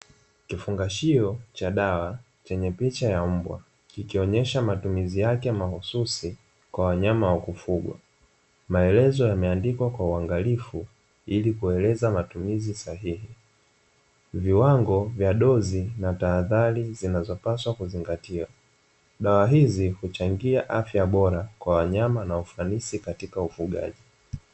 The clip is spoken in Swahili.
Kifungashio cha dawa chenye picha ya mbwa, kikionyesha matumizi yake mahususi kwa wanyama wa kufugwa, maelezo yameandikwa kwa uangalifu ili kueleza matumizi sahihi. Viwango vya dozi na tahadhari zinazopaswa kuzingatiwa, dawa hizi huchangia afya bora kwa wanyama na ufanisi katika ufugaji.